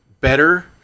better